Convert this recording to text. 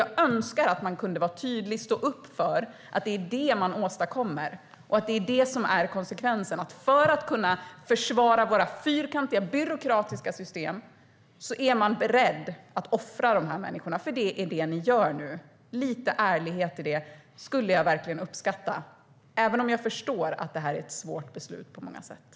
Jag önskar att man kunde vara tydlig och stå upp för att det är detta man åstadkommer. För att försvara våra fyrkantiga, byråkratiska system är man beredd att offra dessa människor. Det är detta ni nu gör. Lite ärlighet skulle jag verkligen uppskatta, även om jag förstår att det är svåra beslut på många sätt.